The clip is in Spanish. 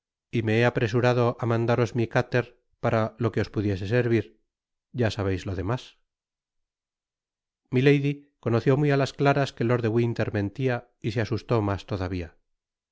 y me he apresurado á mandaros mi cutter para lo que os pudiese servir ya sabeis lo demás i milady conoció muy á las claras que lord de winter mentia y se asustó roas todavia